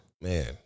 Man